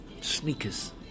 sneakers